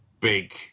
big